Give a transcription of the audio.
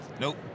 Nope